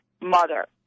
mother